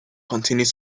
continued